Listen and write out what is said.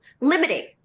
limiting